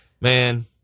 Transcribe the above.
man